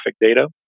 data